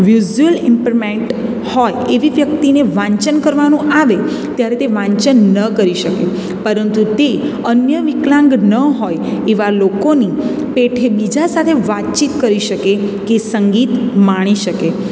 visual impairment હોય એવી વ્યક્તિને વાંચન કરવાનું આવે ત્યારે તે વાંચન ન કરી શકે પરંતુ તે અન્ય વિકલાંગ ન હોય એવા લોકોની પેઠે બીજા સાથે વાતચીત કરી શકે કે સંગીત માણી શકે